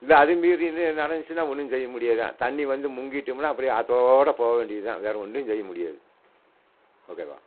இல்லை அதுவும் மீறி இன்னும் ஏதுவும் நடந்துச்சுன்னா ஒன்னும் செய்ய முடியாது தான் தண்ணி வந்து முங்கிட்டோம்னா அப்படி ஆத்தோட போக வேண்டியது தான் வேற ஒன்றும் செய்ய முடியாது ஓகேவா